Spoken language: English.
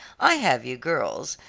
i have you girls,